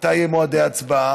מתי יהיו מועדי ההצבעה.